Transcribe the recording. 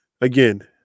again